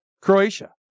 Croatia